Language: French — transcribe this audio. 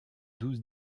douze